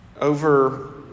Over